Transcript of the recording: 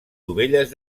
dovelles